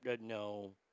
no